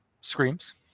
screams